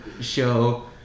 show